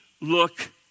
look